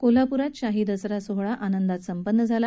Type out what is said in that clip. कोल्हापूरात शाही दसरा सोहळा आनंदात संपन्न झाला